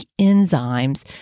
enzymes